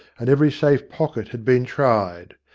and every safe pocket had been tried.